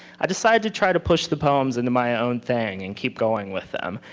i decide to try to push the poems in the my own thing and keep going with them.